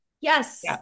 yes